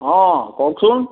অঁ কওকচোন